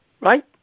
Right